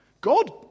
God